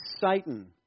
Satan